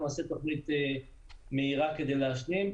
אנחנו נעשה תוכנית מהירה כדי להשלים.